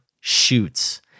shoots